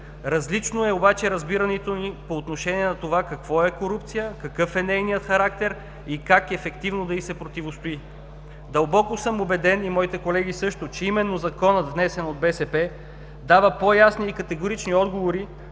Различно е обаче разбирането ни по отношение на това какво е корупция, какъв е нейният характер и как ефективно да й се противостои. Дълбоко съм убеден и моите колеги също, че именно Законът, внесен от БСП, дава по-ясни и категорични отговори